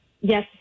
Yes